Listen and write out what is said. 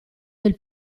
del